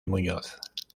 muñoz